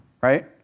right